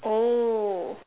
oh